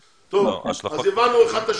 טוב, אז הבנו אחד את השני?